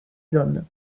hommes